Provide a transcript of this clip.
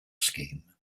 scheme